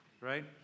right